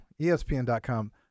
ESPN.com